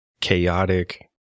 chaotic